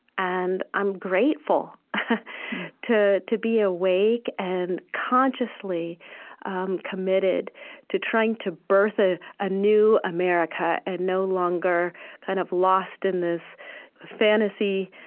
and i'm grateful to to be awake and consciously um committed to trying to birth a ah new america, and no longer kind of lost in this fantasy,